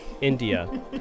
India